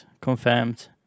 Confirmed